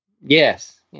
Yes